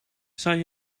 zij